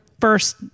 first